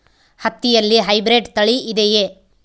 ಹತ್ತಿಯಲ್ಲಿ ಹೈಬ್ರಿಡ್ ತಳಿ ಇದೆಯೇ?